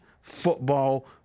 football